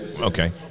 okay